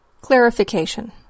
Clarification